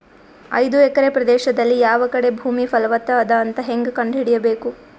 ಐದು ಎಕರೆ ಪ್ರದೇಶದಲ್ಲಿ ಯಾವ ಕಡೆ ಭೂಮಿ ಫಲವತ ಅದ ಅಂತ ಹೇಂಗ ಕಂಡ ಹಿಡಿಯಬೇಕು?